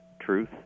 truth